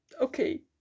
okay